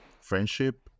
friendship